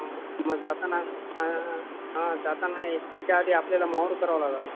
हा मग मग जाताना जाताना त्याच्याआधी आपल्याला माहुर करावं लागल